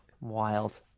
wild